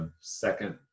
second